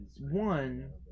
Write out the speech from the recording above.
one